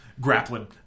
Grappling